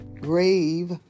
grave